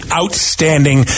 outstanding